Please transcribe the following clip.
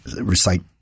recite